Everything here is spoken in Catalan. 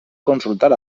consultar